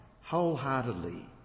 wholeheartedly